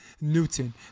Newton